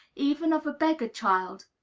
even of a beggar child.